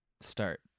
start